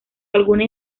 alguna